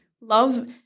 love